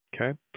Okay